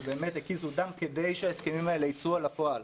שהקיזו דם כדי שההסכמים האלה יצאו אל הפועל,